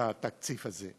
בתקציב הזה.